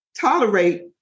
tolerate